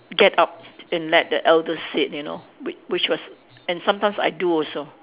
get up and let the elder sit you know whi~ which was and sometimes I do also